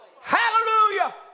Hallelujah